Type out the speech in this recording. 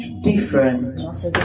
different